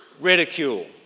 Ridicule